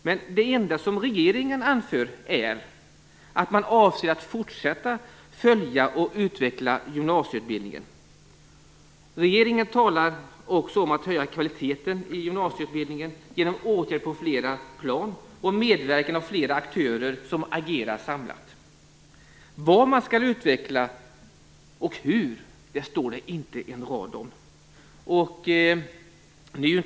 Men det enda som regeringen anför är att man avser att fortsätta följa och utveckla gymnasieutbildningen. Regeringen talar också om att höja kvaliteten i gymnasieutbildning genom åtgärder på flera plan och medverkan av flera aktörer som agerar samlat. Vad man skall utveckla och hur står det inte en rad om.